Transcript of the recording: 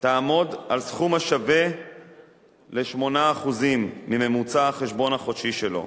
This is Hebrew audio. תעמוד על סכום השווה ל-8% מממוצע החשבון החודשי שלו,